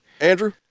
Andrew